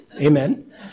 Amen